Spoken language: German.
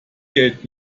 geld